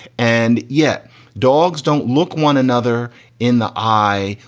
and yet dogs don't look one another in the eye.